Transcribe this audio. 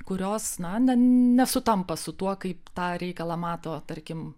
kurios na ne nesutampa su tuo kaip tą reikalą mato tarkim